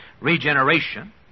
regeneration